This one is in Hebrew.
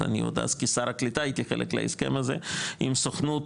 אני הייתי אז כשר הקליטה חלק להסכם הזה עם הסוכנות